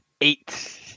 eight